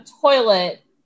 toilet